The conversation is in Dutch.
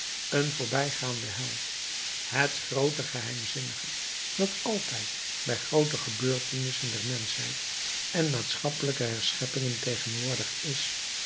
een voorbijgaande held het groote geheimzinnige dat altijd bij groote gebeurtenissen der menschheid en maatschappelijke herscheppingen tegenwoordig is